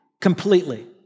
completely